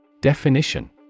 Definition